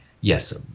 yes